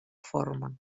forma